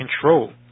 control